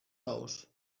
ous